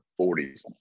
40s